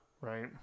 Right